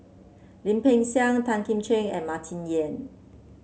Lim Peng Siang Tan Kim Ching and Martin Yan